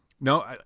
No